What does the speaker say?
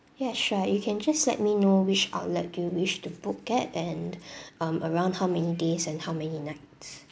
yeah sure you can just let me know which outlet do you wish to book at and um around how many days and how many night